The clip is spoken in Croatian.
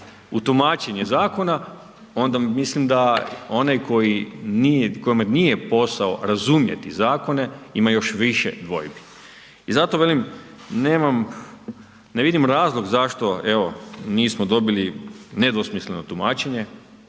u tumačenje zakona, onda mislim da onaj kojemu nije posao razumjeti zakone, ima još više dvojbi. I zato velim, ne vidim razlog zašto evo nismo dobili nedvosmisleno tumačenje,